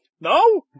No